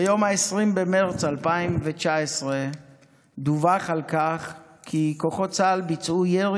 ביום 20 במרץ 2019 דֻווח שכוחות צה"ל ביצעו ירי